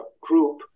group